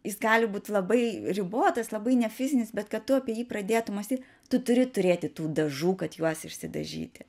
jis gali būt labai ribotas labai nefizinis bet kad tu apie jį pradėtum mąstyt tu turi turėti tų dažų kad juos išsidažyti